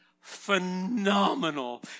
Phenomenal